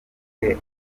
bwe